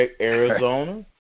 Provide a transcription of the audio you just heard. Arizona